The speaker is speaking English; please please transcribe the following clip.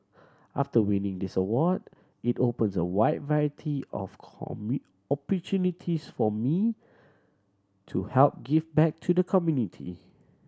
after winning this award it opens a wide variety of opportunities for me to help give back to the community